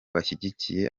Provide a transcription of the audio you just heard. bashyigikiye